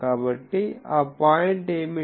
కాబట్టి ఆ పాయింట్ ఏమిటి